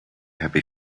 happy